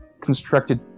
constructed